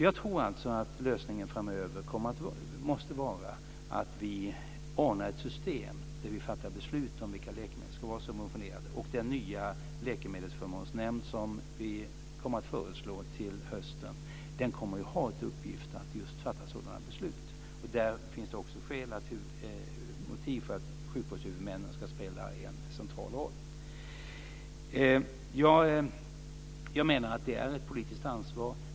Jag tror alltså att lösningen framöver måste vara att vi ordnar ett system där vi fattar beslut om vilka läkemedel som ska vara subventionerade, och den nya läkemedelsförmånsnämnd som vi kommer att föreslå till hösten kommer att ha till uppgift att just fatta sådana beslut. Där finns det också motiv för att sjukvårdshuvudmännen ska spela en central roll. Jag menar att det här är ett politiskt ansvar.